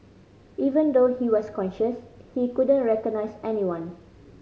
even though he was conscious he couldn't recognise anyone